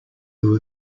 who